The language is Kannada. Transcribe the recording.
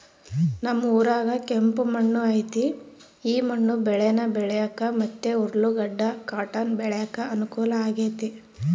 ನಮ್ ಊರಾಗ ಕೆಂಪು ಮಣ್ಣು ಐತೆ ಈ ಮಣ್ಣು ಬೇಳೇನ ಬೆಳ್ಯಾಕ ಮತ್ತೆ ಉರ್ಲುಗಡ್ಡ ಕಾಟನ್ ಬೆಳ್ಯಾಕ ಅನುಕೂಲ ಆಗೆತೆ